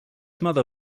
mother